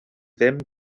ddim